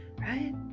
Right